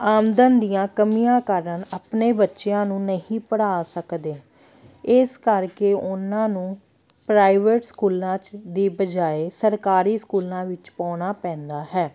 ਆਮਦਨ ਦੀਆਂ ਕਮੀਆਂ ਕਾਰਨ ਆਪਣੇ ਬੱਚਿਆਂ ਨੂੰ ਨਹੀਂ ਪੜ੍ਹਾ ਸਕਦੇ ਇਸ ਕਰਕੇ ਉਹਨਾਂ ਨੂੰ ਪ੍ਰਾਈਵੇਟ ਸਕੂਲਾਂ 'ਚ ਦੀ ਬਜਾਏ ਸਰਕਾਰੀ ਸਕੂਲਾਂ ਵਿੱਚ ਪਾਉਣਾ ਪੈਂਦਾ ਹੈ